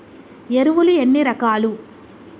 ఎరువులు ఎన్ని రకాలు?